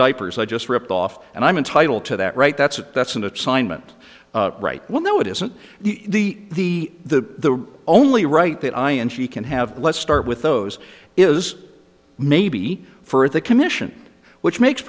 diapers i just ripped off and i'm entitle to that right that's it that's an assignment right well no it isn't the the only right that i and she can have let's start with those is maybe for the commission which makes